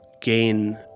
gain